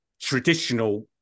traditional